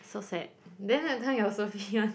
so sad then that time you also